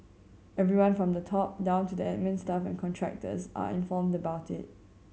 everyone from the top down to the admin staff and contractors are informed about it